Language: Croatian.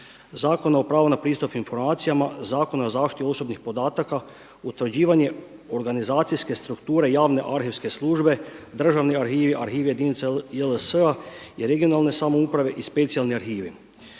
Zakona o pravu na pristup informacijama, Zakon o zaštiti osobnih podataka, utvrđivanje organizacijske strukture javne arhivske službe, državni arhivi, arhivi JLS-a i regionalne samouprave i specijalni arhivi